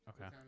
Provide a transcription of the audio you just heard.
Okay